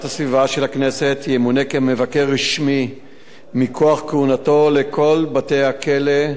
הסביבה של הכנסת ימונה כמבקר רשמי מכוח כהונתו לכל בתי-הכלא,